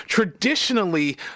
Traditionally